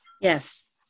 Yes